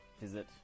visit